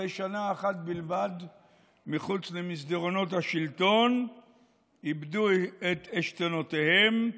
אחרי שנה אחת בלבד מחוץ למסדרונות השלטון איבדו את עשתונותיהם,